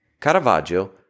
Caravaggio